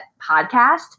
podcast